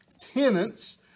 tenants